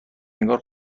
انگار